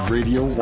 Radio